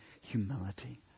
humility